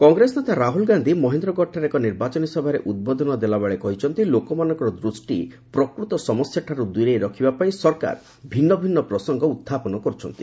କଂଗ୍ରେସ ନେତା ରାହୁଲ ଗାନ୍ଧି ମହେନ୍ଦ୍ରଗଡ଼ଠାରେ ଏକ ନିର୍ବାଚନୀ ସଭାରେ ଉଦ୍ବୋଧନ ଦେଲାବେଳେ କହିଛନ୍ତି ଲୋକମାନଙ୍କ ଦୃଷ୍ଟି ପ୍ରକୃତ ସମସ୍ୟାଠାରୁ ଦୂରେଇ ରଖିବା ପାଇଁ ସରକାର ଭିନ୍ନଭିନ୍ନ ପ୍ରସଙ୍ଗ ଉହ୍ଚାପନ କର୍ତ୍ଥନ୍ତି